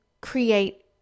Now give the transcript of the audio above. create